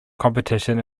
competition